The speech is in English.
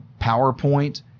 PowerPoint